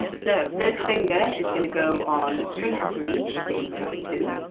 so, first finger is going to go on string three in fret two,